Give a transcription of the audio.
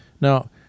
Now